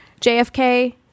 JFK